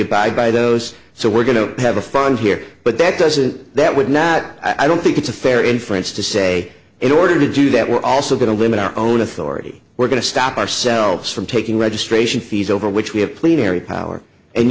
abide by those so we're going to have a fine here but that doesn't that would not i don't think it's a fair inference to say in order to do that we're also going to limit our own authority we're going to stop ourselves from taking registration fees over which we have plenary power and